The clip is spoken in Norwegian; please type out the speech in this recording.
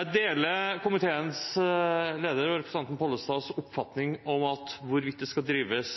Jeg deler komiteens leder, representanten Pollestad, sin oppfatning om at hvorvidt det skal drives